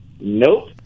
Nope